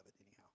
anyhow